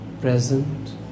present